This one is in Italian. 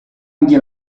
anche